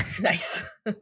Nice